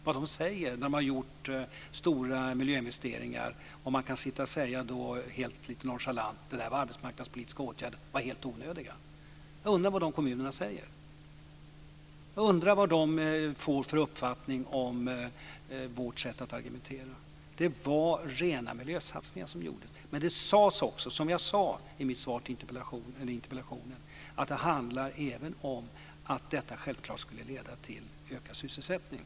Vad säger de när de har gjort stora miljöinvesteringar, och man säger lite nonchalant att det var arbetskmarknadspolitiska åtgärder, de var helt onödiga. Jag undrar vad de kommunerna säger. Jag undrar vad de får för uppfattning om vårt sätt att argumentera. Det var rena miljösatsningar som gjordes, men det sades också, som jag sade i mitt svar på interpellationen, att det även handlar om att detta självklart skulle leda till ökad sysselsättning.